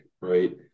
right